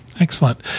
excellent